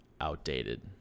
outdated